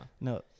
No